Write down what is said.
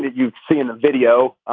you've seen the video.